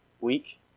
week